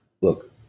Look